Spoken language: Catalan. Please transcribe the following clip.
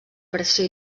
pressió